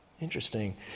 Interesting